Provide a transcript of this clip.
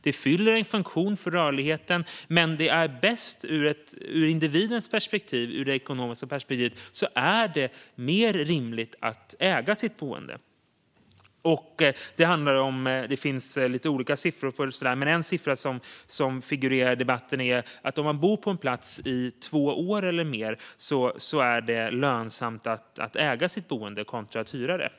Det fyller en funktion för rörligheten, men ur individens perspektiv och det ekonomiska perspektivet är det mer rimligt att äga sitt boende. Det finns lite olika siffror, men en siffra som figurerar i debatten är att om man bor på en plats i två år eller mer så är det lönsammare att äga sitt boende än att hyra det.